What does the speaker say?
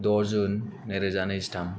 द' जुन नैरोजा नैजिथाम